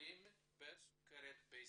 החולים בסוכרת בישראל,